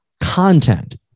content